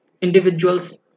Individuals